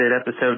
episode